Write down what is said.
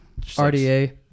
RDA